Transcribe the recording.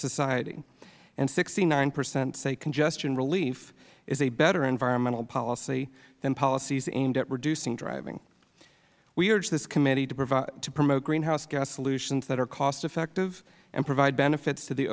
society and sixty nine percent say congestion relief is a better environmental policy than policies aimed at reducing driving we urge this committee to promote greenhouse gas solutions that are cost effective and provide benefits to the